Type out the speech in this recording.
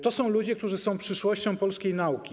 To są ludzie, którzy są przyszłością polskiej nauki.